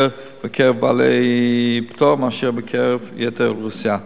בקרב בעלי פטור מאשר בקרב יתר האוכלוסייה.